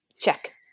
Check